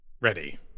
Ready